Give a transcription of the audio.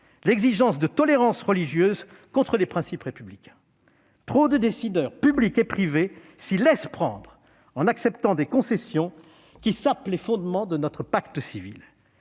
l'exigence de tolérance religieuse contre les principes républicains. Trop de décideurs, publics et privés, s'y laissent prendre en acceptant des concessions qui sapent les fondements de notre pacte civil.